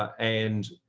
and